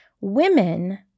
women